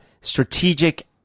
strategic